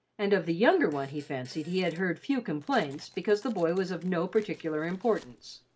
and of the younger one he fancied he had heard few complaints because the boy was of no particular importance.